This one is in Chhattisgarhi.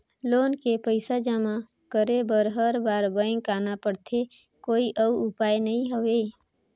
लोन के पईसा जमा करे बर हर बार बैंक आना पड़थे कोई अउ उपाय नइ हवय?